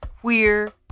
queer